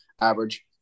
average